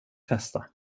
festa